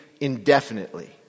indefinitely